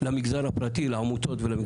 למגזר הפרטי ולעמותות.